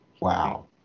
Wow